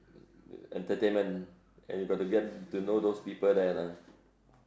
entertainment and you got to get to know all those people there lah